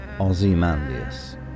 Ozymandias